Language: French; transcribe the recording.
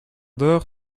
d’heure